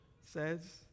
says